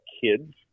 kids